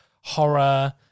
horror